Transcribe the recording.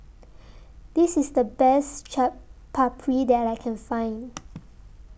This IS The Best Chaat Papri that I Can Find